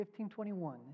1521